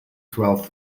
twelfth